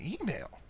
email